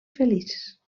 feliç